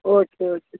okay okay